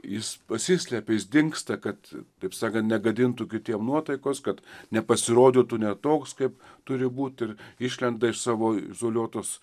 jis pasislepia dingsta kad taip sakant negadintų kitiems nuotaikos kad nepasirodytų ne toks kaip turi būti ir išlenda iš savo izoliuotos